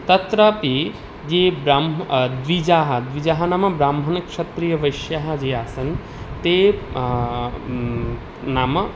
तत्रापि ये ब्राह्म द्विजाः द्विजः नाम ब्राह्मणक्षत्रियवैश्याः ये आसन् ते नाम